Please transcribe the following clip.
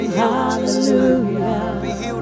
hallelujah